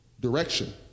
direction